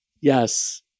Yes